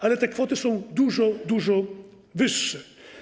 Ale te kwoty są dużo, dużo większe.